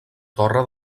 torre